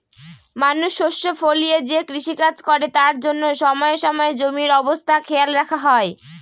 মানুষ শস্য ফলিয়ে যে কৃষিকাজ করে তার জন্য সময়ে সময়ে জমির অবস্থা খেয়াল রাখা হয়